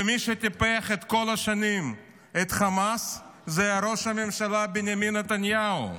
ומי שטיפח כל השנים את חמאס היה ראש הממשלה בנימין נתניהו,